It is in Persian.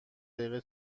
دقیقه